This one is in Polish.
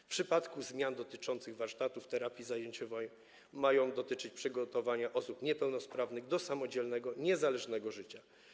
W przypadku zmian dotyczących warsztatów terapii zajęciowej mają one dotyczyć przygotowania osób niepełnosprawnych do samodzielnego, niezależnego życia.